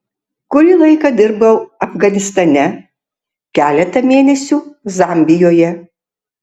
kurį laiką dirbau afganistane keletą mėnesių zambijoje